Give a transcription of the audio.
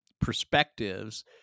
perspectives